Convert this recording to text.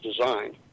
designed